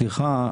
סליחה,